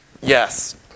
Yes